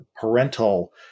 parental